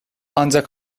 ancak